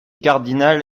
cardinal